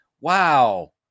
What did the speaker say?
wow